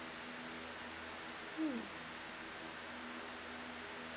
um